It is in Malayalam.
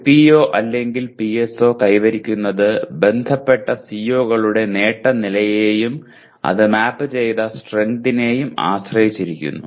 ഒരു PO അല്ലെങ്കിൽ PSO കൈവരിക്കുന്നത് ബന്ധപ്പെട്ട CO കളുടെ നേട്ട നിലയെയും അത് മാപ്പ് ചെയ്ത സ്ട്രെങ്ത്തിനെയും ആശ്രയിച്ചിരിക്കുന്നു